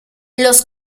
los